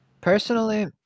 personally